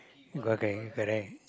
okay correct